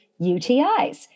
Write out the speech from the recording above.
UTIs